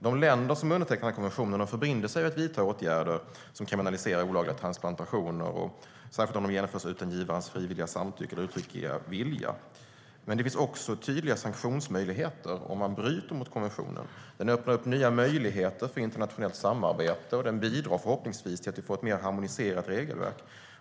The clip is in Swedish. De länder som undertecknar konventionen förbinder sig att vidta åtgärder som kriminaliserar olagliga transplantationer, särskilt om de genomförs utan givarens frivilliga samtycke och uttryckliga vilja. Det finns också tydliga sanktionsmöjligheter om man bryter mot konventionen. Den öppnar upp nya möjligheter för internationellt samarbete och bidrar förhoppningsvis till att vi får ett mer harmoniserat regelverk.